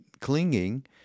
clinging